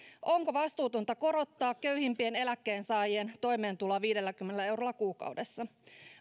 onko vastuutonta korottaa köyhimpien eläkkeensaajien toimeentuloa viidelläkymmenellä eurolla kuukaudessa